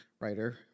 writer